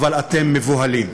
אבל אתם מבוהלים.